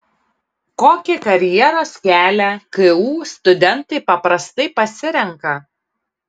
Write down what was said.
kokį karjeros kelią ku studentai paprastai pasirenka